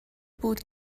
بود